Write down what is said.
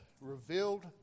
revealed